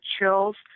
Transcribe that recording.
chills